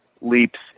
leaps